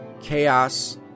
chaos